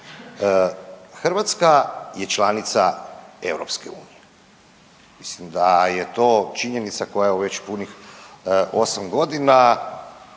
Hrvatska je članica EU, mislim da je to činjenica koja evo već 8 godina